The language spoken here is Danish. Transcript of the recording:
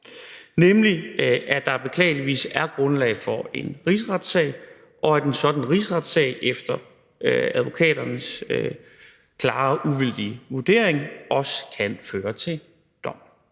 nemlig, at der beklageligvis er grundlag for en rigsretssag, og at en sådan rigsretssag efter advokaternes klare uvildige vurdering også kan føre til dom.